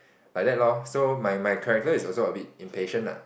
like that loh so my my character is also a bit impatient lah